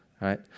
right